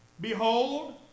Behold